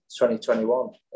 2021